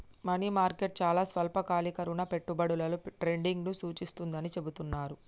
money market చాలా స్వల్పకాలిక రుణ పెట్టుబడులలో ట్రేడింగ్ను సూచిస్తుందని చెబుతున్నరు